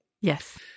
yes